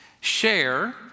Share